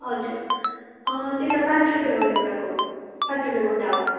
हजुर त्यो त पाँच रुपियाँ हो एउटाको पाँच रुपियाँ गोटा हो